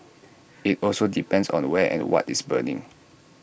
IT also depends on where and what is burning